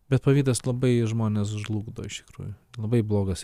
bet pavydas labai žmones žlugdo iš tikrųjų labai blogas